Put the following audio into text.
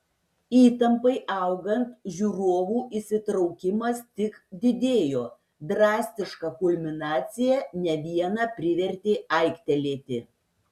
įtampai augant žiūrovų įsitraukimas tik didėjo drastiška kulminacija ne vieną privertė aiktelėti